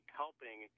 helping